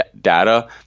data